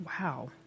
Wow